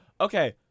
Okay